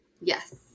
Yes